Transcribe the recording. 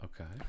Okay